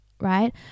right